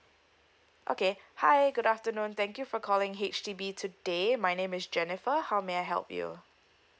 okay hi good afternoon thank you for calling H_D_B today my name is jennifer how may I help you